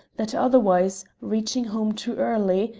that otherwise, reaching home too early,